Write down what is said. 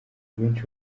benshi